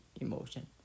emotion